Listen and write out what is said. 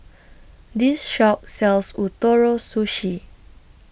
This Shop sells Ootoro Sushi